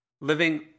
living